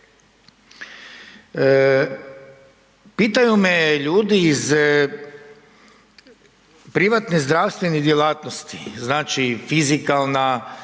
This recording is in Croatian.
Pitaju me ljudi iz privatne zdravstvene djelatnosti, znači fizikalna